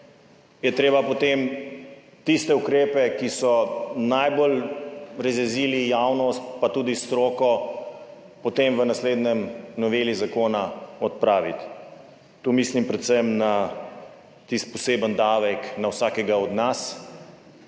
je treba potem tiste ukrepe, ki so najbolj razjezili javnost, pa tudi stroko, potem v naslednji noveli zakona odpraviti. Tu mislim predvsem na tisti poseben davek na vsakega od nas